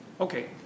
Okay